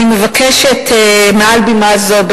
אני מבקשת מעל בימה זו,